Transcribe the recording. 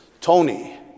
Tony